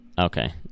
Okay